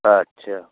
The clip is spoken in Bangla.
আচ্ছা